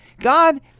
God